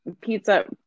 pizza